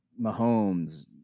mahomes